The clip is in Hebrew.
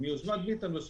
ביוזמת ביטן לא